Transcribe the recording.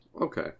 Okay